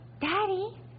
Daddy